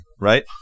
right